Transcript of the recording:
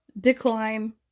decline